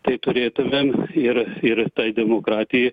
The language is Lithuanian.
tai turėtumėm ir ir tai demokratijai